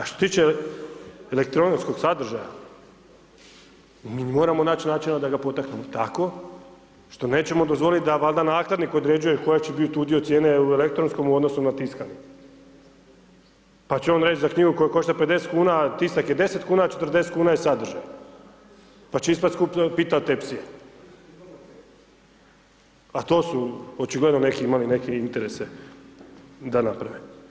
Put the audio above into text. A što se tiče elektroničkog sadržaja mi moramo naći načina da ga potaknemo tako što nećemo dozvolit da valda nakladnik određuje koji će bit udio cijene u elektronskom u odnosu na tiskanim, pa će on reć za knjigu koja košta 50 kuna tisak je 10 kuna, a 40 kuna je sadržaj, pa će ispast skuplja pita od tepsije, a to su očigledno neki imali neke interese da naprave.